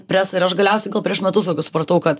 presą ir aš galiausiai gal prieš metus supratau kad